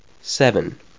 Seven